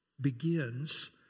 begins